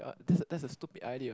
that's that's a stupid idea